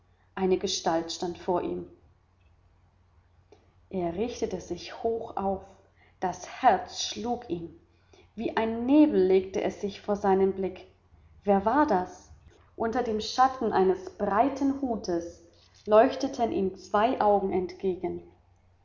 eine gestalt stand vor ihm er richtete sich hoch auf das herz schlug ihm wie ein nebel legte es sich vor seinen blick wer war das unter dem schatten eines breiten hutes leuchteten ihm zwei augen entgegen